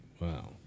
wow